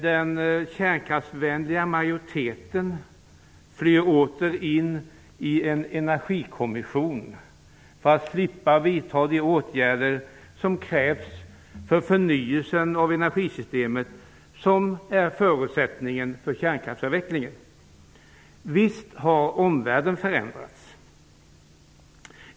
Den kärnkraftsvänliga majoriteten flyr åter in i en energikommission för att slippa vidta de åtgärder som krävs för den förnyelse av energisystemet som är förutsättningen för kärnkraftsavvecklingen. Visst har omvärlden förändrats.